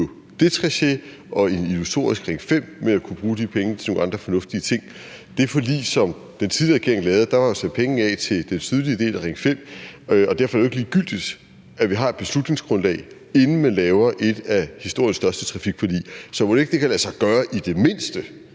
det tracé og en illusorisk Ring 5, når man kan bruge de penge på nogle andre fornuftige ting. I det forlig, som den tidligere regering lavede, var der jo sat penge af til den sydlige del af Ring 5, og derfor er det jo ikke ligegyldigt, at vi har et beslutningsgrundlag, inden man laver et af historiens største trafikforlig. Så mon ikke det kan lade sig gøre for ministeren